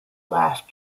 laughed